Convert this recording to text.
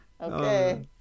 Okay